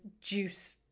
juice